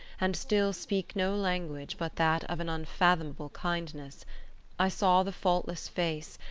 and still speak no language but that of an unfathomable kindness i saw the faultless face,